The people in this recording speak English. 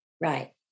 right